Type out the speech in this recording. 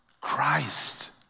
Christ